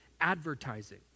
advertising